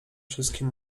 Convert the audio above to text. wszystkim